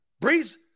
Breeze